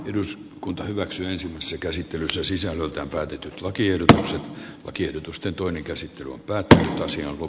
eduskunta hyväksyy sen käsittelyssä sisällöltään käytetyn sociedad lakiehdotusten toinen käsittely on päältä silvo